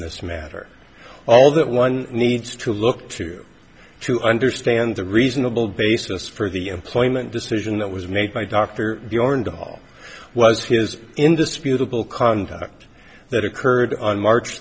this matter all that one needs to look to to understand the reasonable basis for the employment decision that was made by dr dog was his indisputable conduct that occurred on march